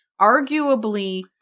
arguably